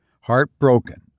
heartbroken